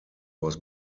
was